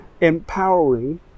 empowering